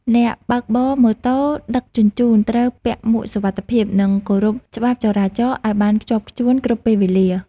អ្នកបើកបរម៉ូតូដឹកជញ្ជូនត្រូវពាក់មួកសុវត្ថិភាព និងគោរពច្បាប់ចរាចរណ៍ឱ្យបានខ្ជាប់ខ្ជួនគ្រប់ពេលវេលា។